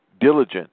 Diligent